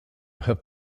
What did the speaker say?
have